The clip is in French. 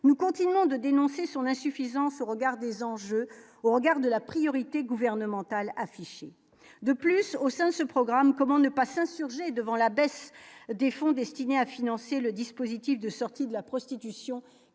nous continuons de dénoncer son insuffisance regard des enjeux au regard de la priorité gouvernementale affichée de plus au sein de ce programme, comment ne pas s'insurger devant la baisse des fonds destinés à financer le dispositif de sortie de la prostitution